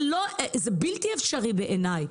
בלתי אפשרי בעיניי,